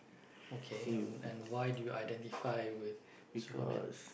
okay um and why do you identify with superman